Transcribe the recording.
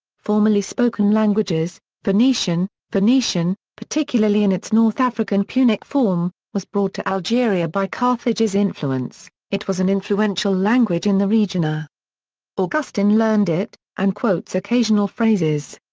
formerly spoken languages phoenician phoenician, particularly in its north african punic form, was brought to algeria by carthage's influence, it was an influential language in the region ah augustine learned it, and quotes occasional phrases.